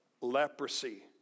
leprosy